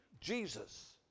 Jesus